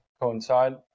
coincide